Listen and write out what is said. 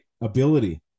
ability